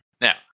Now